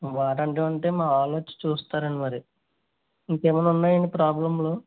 warranty ఉంటే మా వాళ్లు వచ్చి చూస్తారండి మరి ఇంకేమన్నా ఉన్నాయండి ప్రాబ్లమ్లు